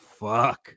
fuck